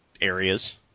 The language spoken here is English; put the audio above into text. areas